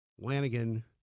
Lanigan